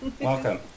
Welcome